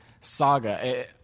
saga